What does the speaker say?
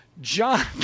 John